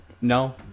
no